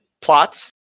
plots